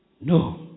No